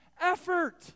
effort